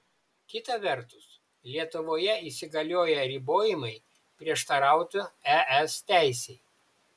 kita vertus lietuvoje įsigalioję ribojimai prieštarautų es teisei